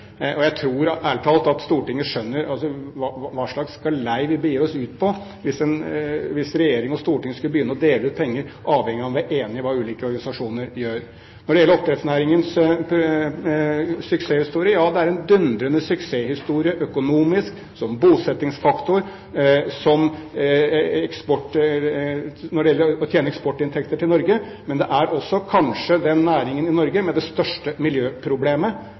Jeg tror ærlig talt at Stortinget skjønner hva slags galei vi begir oss ut på hvis regjering og storting skulle begynne å dele ut penger avhengig av om vi er enig eller uenig i hva ulike organisasjoner gjør. Så til om oppdrettsnæringen er en suksesshistorie. Ja, det er en dundrende suksesshistorie økonomisk, som bosettingsfaktor og når det gjelder å tjene eksportinntekter til Norge, men det er kanskje også den næringen i Norge med det største miljøproblemet.